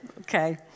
Okay